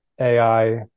AI